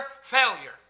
failure